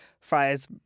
fries